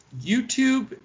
YouTube